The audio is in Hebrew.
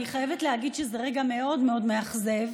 אני חייבת להגיד שזה רגע מאוד מאוד מאכזב.